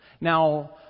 Now